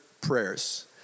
Prayers